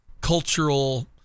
cultural